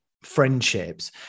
friendships